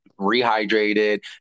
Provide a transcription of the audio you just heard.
rehydrated